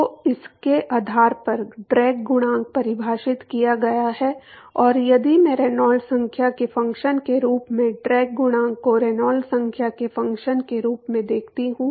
तो उसके आधार पर ड्रैग गुणांक परिभाषित किया गया है और यदि मैं रेनॉल्ड्स संख्या के फ़ंक्शन के रूप में ड्रैग गुणांक को रेनॉल्ड्स संख्या के फ़ंक्शन के रूप में देखता हूं